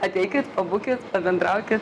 ateikit pabūkit pabendraukit